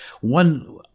One